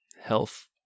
health